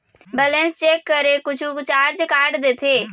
Balance check करें कुछू charge काट देथे?